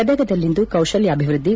ಗದಗದಲ್ಲಿಂದು ಕೌಶಾಲ್ಯಾಭಿವೃದ್ಧಿ